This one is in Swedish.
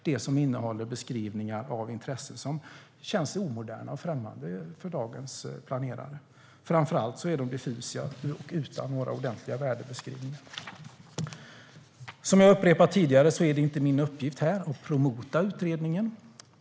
Detta kapitel innehåller beskrivningar av intressen som känns omoderna och främmande för dagens planerare. Framför allt är de diffusa och saknar ordentliga värdebeskrivningar. Jag har upprepat tidigare att det inte är min uppgift här att promota utredningen.